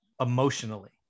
emotionally